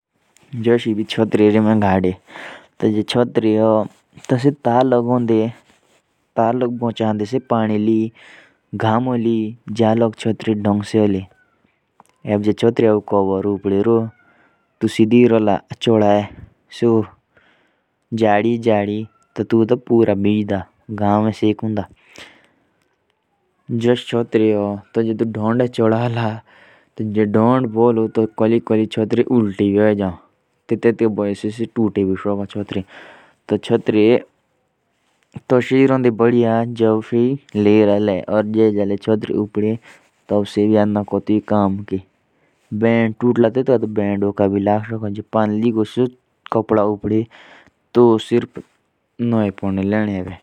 जैसे मेरे पास एक छाता है। और अगर वो छाता टूट गया तो वो किसी काम का नहीं है।